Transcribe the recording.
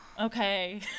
Okay